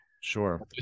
Sure